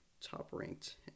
top-ranked